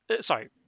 Sorry